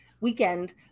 weekend